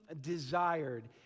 desired